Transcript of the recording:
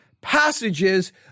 passages